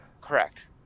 Correct